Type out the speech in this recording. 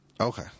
Okay